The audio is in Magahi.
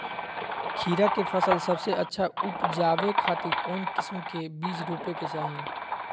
खीरा के फसल सबसे अच्छा उबजावे खातिर कौन किस्म के बीज रोपे के चाही?